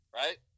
right